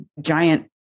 giant